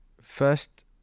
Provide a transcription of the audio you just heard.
first